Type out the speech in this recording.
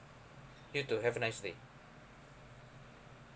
you too have a nice day